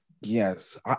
Yes